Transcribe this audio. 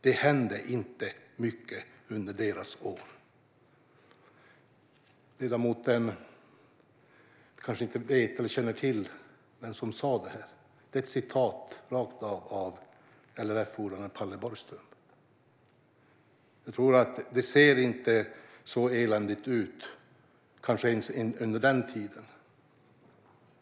Det hände inte mycket under deras år." Ledamoten kanske inte känner till vem som sa detta. Det är ett citat, rakt av, av LRF:s ordförande Palle Borgström. Det såg kanske inte så eländigt ut ens under den tiden.